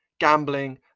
gambling